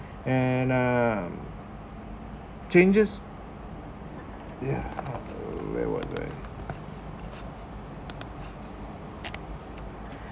and um changes yeah oh where was I